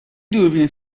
دوربین